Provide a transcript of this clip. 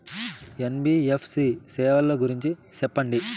NBFC సేవల గురించి సెప్పండి?